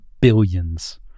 billions